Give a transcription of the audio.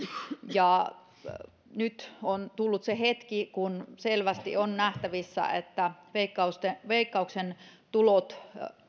nyt on tullut se hetki kun selvästi on nähtävissä että veikkauksen tulot